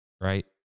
Right